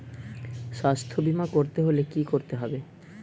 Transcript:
স্বাস্থ্যবীমা করতে হলে কি করতে হবে?